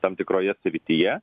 tam tikroje srityje